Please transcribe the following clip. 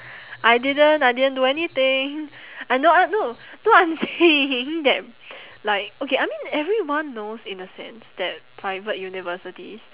I didn't I didn't do anything I know uh no no I'm saying that like okay I mean everyone knows in a sense that private universities